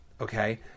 okay